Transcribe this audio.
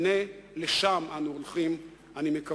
הנה, לשם אנו הולכים, אני מקווה.